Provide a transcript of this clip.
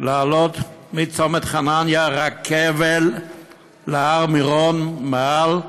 להעלות מצומת חנניה רכבל להר מירון, מעל היישוב,